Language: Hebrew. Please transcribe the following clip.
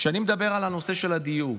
כשאני מדבר על הנושא של הדיור,